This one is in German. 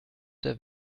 der